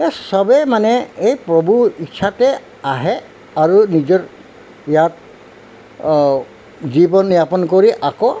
সেই চবেই মানে এই প্ৰভুৰ ইচ্ছাতেই আহে আৰু নিজৰ ইয়াত জীৱন যাপন কৰি আকৌ